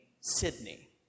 Sydney